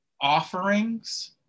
offerings